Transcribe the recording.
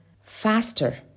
faster